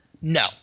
No